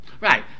right